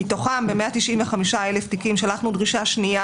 מתוכם ב-195,000 תיקים שלחנו דרישה שנייה